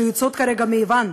שיוצאות כרגע מיוון,